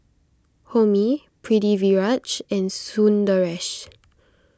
Homi Pritiviraj and Sundaresh